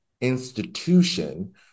institution